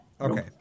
Okay